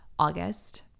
August